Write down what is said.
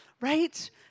Right